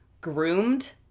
groomed